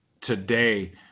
today